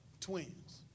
twins